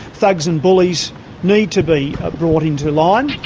thugs and bullies need to be brought into line.